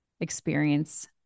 experience